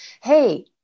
Hey